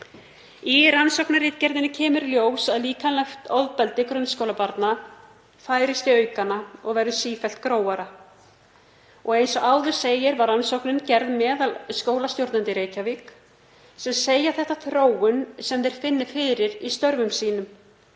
Í rannsóknarritgerðinni kemur í ljós að líkamlegt ofbeldi grunnskólabarna færist í aukana og verður sífellt grófara. Eins og áður segir var rannsóknin gerð meðal skólastjórnenda í Reykjavík sem segja þetta þróun sem þeir finni fyrir í störfum sínum.